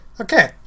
okay